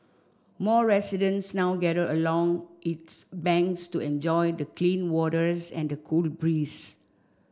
more residents now gather along its banks to enjoy the clean waters and the cold breeze